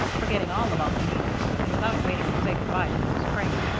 forgetting all about the needles and without waiting to say good-by to mrs. crane,